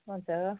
हुन्छ